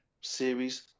series